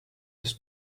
ist